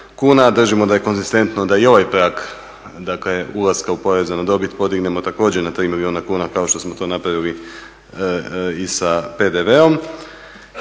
držimo da je konzistentno da i ovaj prag dakle ulaska u poreza na dobit podignemo također na 3 milijuna kuna kao što smo to napravili i sa PDV-om.